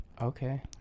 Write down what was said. okay